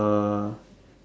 uh